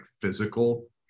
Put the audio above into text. physical